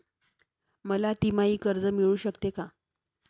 मला तिमाही कर्ज मिळू शकते का?